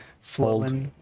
fold